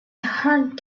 hard